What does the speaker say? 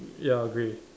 ya grey